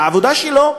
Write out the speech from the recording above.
והעבודה שלו,